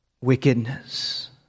wickedness